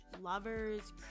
lovers